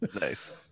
Nice